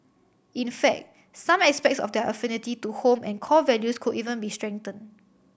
in fact some aspects of their affinity to home and core values could even be strengthened